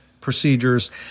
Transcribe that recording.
procedures